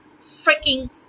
freaking